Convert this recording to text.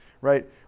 right